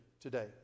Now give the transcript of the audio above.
today